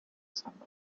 cendres